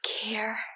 care